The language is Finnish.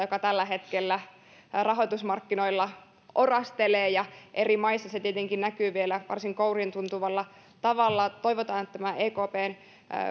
joka tällä hetkellä rahoitusmarkkinoilla orastelee ja eri maissa se tietenkin näkyy vielä varsin kouriintuntuvalla tavalla toivotaan että tämä ekpn